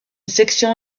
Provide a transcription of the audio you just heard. section